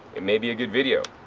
it may be a good video.